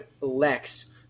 Lex